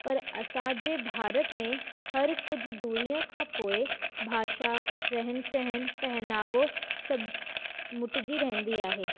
परि असांजे भारत में हर कुझु दूरीयं खां पोइ भाषा रहन सहन पहिनावो सभु मटिजी रहंदी आहे